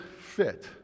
fit